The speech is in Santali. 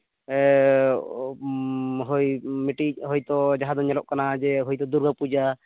ᱦᱳᱭ ᱢᱤᱫᱴᱤᱱ ᱦᱳᱭᱛᱳ ᱡᱟᱦᱟᱸ ᱫᱚ ᱧᱮᱞᱚᱜ ᱠᱟᱱᱟ ᱡᱮ ᱦᱚᱭᱛᱳ ᱫᱩᱨᱜᱟᱹ ᱯᱩᱡᱟᱹ